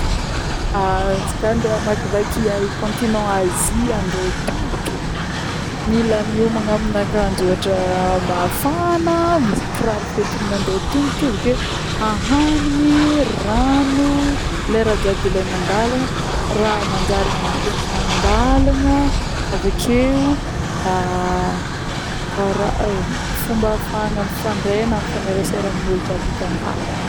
izy koà andeha hamakivaky continent Asia andeha tongotro mila miomagna amina akanjo ohatra mafana, misy kiraro foentiny mandeha tongotro, avy ake ahanigny, rano, le raha jiaby ilena andalana, raha manjary andriegna andalana, avy akeo fomba afahana mifandre na mifanerasera amin'ôlo jiaby hita andalana akegny.